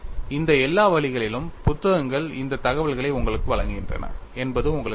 இந்த எல்லா வழிகளிலும் புத்தகங்கள் இந்த தகவல்களை உங்களுக்கு வழங்குகின்றன என்பது உங்களுக்குத் தெரியும்